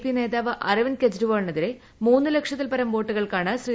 P നേതാവ് അരവിന്ദ് കെജ്രിവാളിനെതിരെ മൂന്നു ലക്ഷത്തിൽപ്പരം വോട്ടുകൾക്കാണ് ശ്രീ